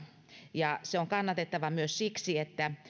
ja se on kannatettava myös siksi että